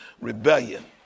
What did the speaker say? rebellion